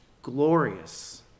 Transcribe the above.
glorious